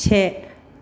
से